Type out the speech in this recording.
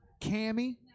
Cammy